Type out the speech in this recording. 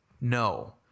No